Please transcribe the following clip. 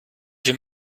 dem